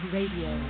Radio